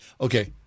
Okay